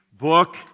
book